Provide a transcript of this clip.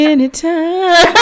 Anytime